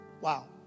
Wow